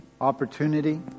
opportunity